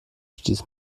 stieß